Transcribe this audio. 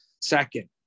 second